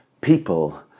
people